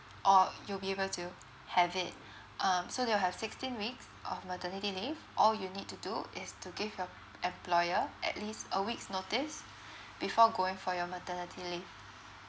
or you'll be able to have it um so they will have sixteen weeks of maternity leave all you need to do is to give your employer at least a week's notice before going for your maternity leave